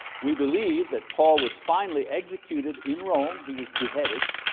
we believe that paul was finally executed in rome. he was beheaded